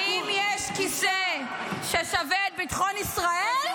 האם יש כיסא ששווה את ביטחון ישראל?